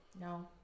No